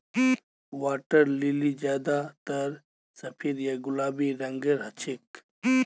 water lily ज्यादातर सफेद या गुलाबी रंगेर हछेक